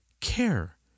care